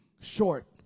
short